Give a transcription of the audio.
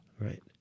Right